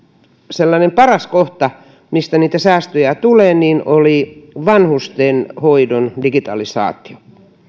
sellainen paras kohta mistä niitä säästöjä tulee oli vanhustenhoidon digitalisaatio